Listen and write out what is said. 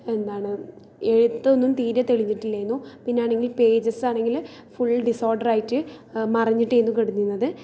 എന്താണ് എഴുത്തൊന്നും തീരെ തെളിഞ്ഞിട്ടില്ലേനു പിന്നെ ആണെങ്കിൽ പേജസ് ആണെങ്കിൽ ഫുള്ള് ഡിസോർഡർ ആയിട്ട് മറഞ്ഞിട്ടായിരുന്നു കിടന്നിരുന്നത്